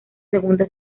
segunda